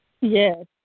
Yes